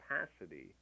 capacity